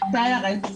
מצטערת.